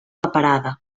parada